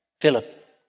Philip